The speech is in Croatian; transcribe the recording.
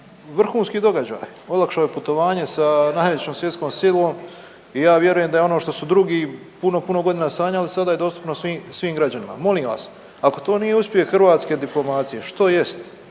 vrhunski događaj, olakšali putovanje sa najvećom svjetskom silom i ja vjerujem da ono što su drugi puno, puno godina sanjali sada je dostupno svim, svim građanima. Molim vas, ako to nije uspjeh hrvatske diplomacije što jest?